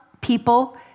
people